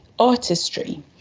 artistry